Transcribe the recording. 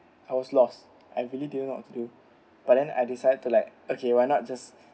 I was lost I really didn't know what to do but then I decided to like okay why not just